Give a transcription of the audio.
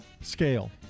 Scale